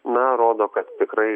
na rodo kad tikrai